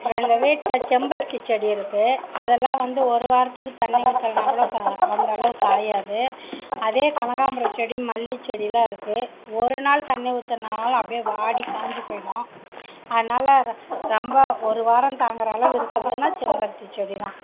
எங்கள் வீட்டில் செம்பருத்தி செடி இருக்குது அதலாம் வந்து ஒரு வாரத்துக்கு தண்ணி ஊத்தலைனாக்கூட கா அந்த அளவுக் காயாது அதே கனகாம்பரம் செடி மல்லி செடியெலாம் இருக்குது ஒரு நாள் தண்ணி ஊத்துலைனாலும் அப்படியே வாடி காஞ்சு போய்விடும் அதனால ர ரொம்ப ஒரு வாரம் தாங்கற அளவு இருக்கறதுனால் செம்பருத்தி செடி தான்